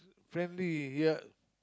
friendly ya